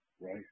right